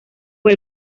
fue